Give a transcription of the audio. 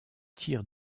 tirs